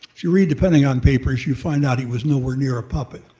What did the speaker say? if you read the pentagon papers you find out he was nowhere near a puppet.